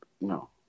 No